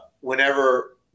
whenever